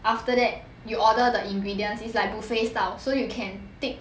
after that you order the ingredients is like buffet style so you can tick